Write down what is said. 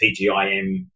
PGIM